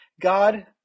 god